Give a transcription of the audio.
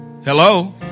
Hello